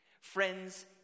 Friends